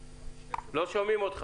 לא שומעים אותך.